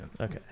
Okay